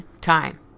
time